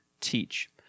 Teach